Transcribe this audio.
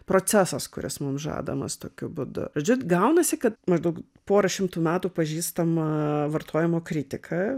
procesas kuris mums žadamas tokiu būdu žodžiu gaunasi kad maždaug porą šimtų metų pažįstama vartojimo kritika